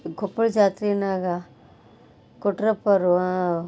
ಕೊಪ್ಪಳದ ಜಾತ್ರೆನಾಗ ಕೊಟ್ರಪ್ಪೋರು